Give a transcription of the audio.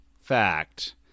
fact